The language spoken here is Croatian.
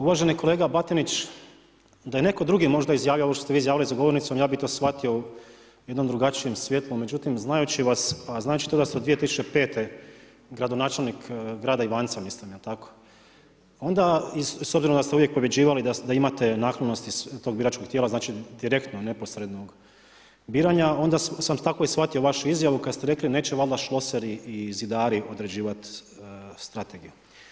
Uvaženi kolega Batinić, da je netko drugi možda izjavio ovo što ste vi izjavili za govornicom ja bih to shvatio u jednom drugačijem svjetlu, međutim znajući vas a znajući to da ste od 2005. gradonačelnik grada Ivanca mislim je li tako, onda i s obzirom da ste uvijek pobjeđivali da imate naklonost iz tog biračkog tijela, znači direktno, neposrednog biranja onda sam tako i shvatio vašu izjavu kada ste rekli neće valjda šloseri i zidari određivati strategiju.